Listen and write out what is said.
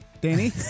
Danny